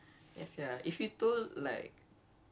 I don't recognise myself anymore